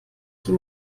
die